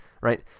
right